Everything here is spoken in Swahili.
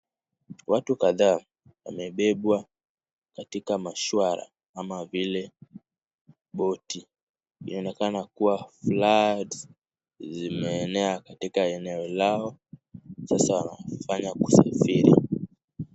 Watu kadhaa wamebebwa katika mashua kama vile boti inayoonekana kuwa floods zimeenea katika eneo lao, sasa wanafanya kusafiri.